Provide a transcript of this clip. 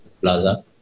Plaza